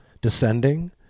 descending